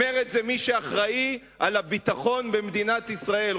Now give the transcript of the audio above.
אומר את זה מי שאחראי לביטחון במדינת ישראל,